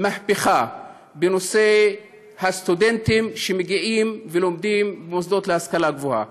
מהפכה בנושא הסטודנטים שמגיעים ולומדים במוסדות להשכלה גבוהה.